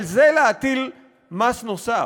על זה להטיל מס נוסף,